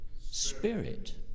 spirit